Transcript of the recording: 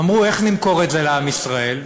אמרו: איך נמכור את זה לעם ישראל?